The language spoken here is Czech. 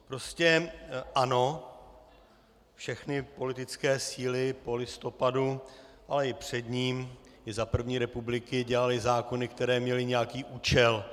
Prostě ano, všechny politické síly po listopadu, ale i před ním, i za první republiky, dělaly zákony, které měly nějaký účel.